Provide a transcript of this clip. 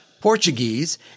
Portuguese